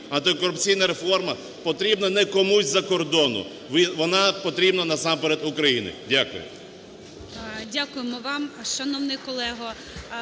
Антикорупційна реформа потрібна не комусь з-за кордону, вона потрібна насамперед Україні. Дякую.